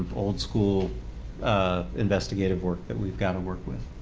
old school investigative work that we've got to work with.